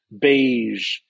Beige